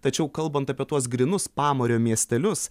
tačiau kalbant apie tuos grynus pamario miestelius